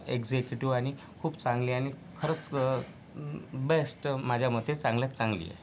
executive आणि खूप चांगली आणि खरंच बेस्ट माझ्यामते चांगल्यात चांगली आहे